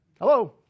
Hello